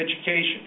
education